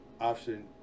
Option